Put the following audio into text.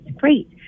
great